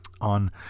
on